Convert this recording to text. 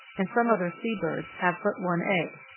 and some other sea birds, have but one egg.